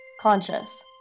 Conscious